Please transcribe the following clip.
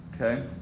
Okay